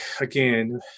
again